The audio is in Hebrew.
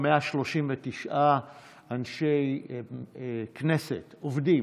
139 אנשי כנסת, עובדים,